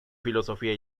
filosofía